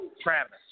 Travis